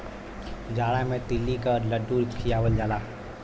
जाड़ा मे तिल्ली क लड्डू खियावल जाला